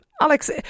Alex